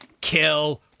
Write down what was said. kill